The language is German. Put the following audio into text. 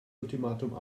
ultimatum